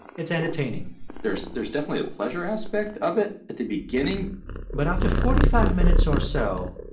it's entertaining there's there's definitely a pleasure aspect of it at the beginning but after forty five minutes or so,